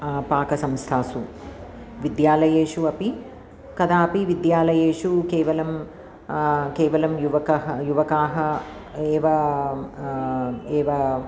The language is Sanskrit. पाकसंस्थासु विद्यालयेषु अपि कदापि विद्यालयेषु केवलं केवलं युवकः युवकाः एवा एव